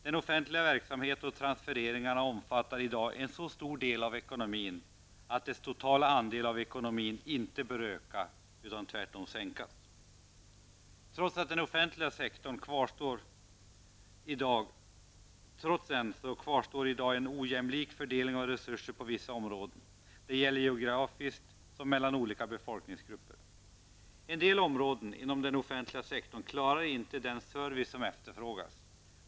Den offentliga verksamheten och transfereringarna omfattar i dag en så stor del av ekonomin att dess totala andel av ekonomin inte bör öka utan tvärtom minska. Trots den offentliga sektorn kvarstår i dag en ojämlik fördelning av resurser på vissa områden. Det gäller såväl geografiskt som mellan olika befolkningsgrupper. En del områden inom den offentliga sektorn klarar inte den service som efterfrågas.